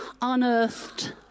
unearthed